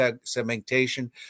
segmentation